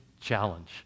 Challenge